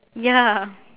ya